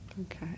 Okay